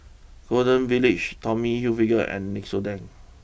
Golden Village Tommy Hilfiger and Nixoderm